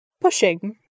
Pushing